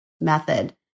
method